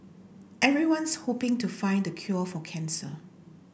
everyone's hoping to find the cure for cancer